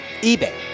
eBay